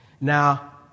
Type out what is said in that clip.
Now